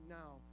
now